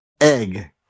egg